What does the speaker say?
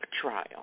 trial